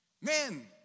Men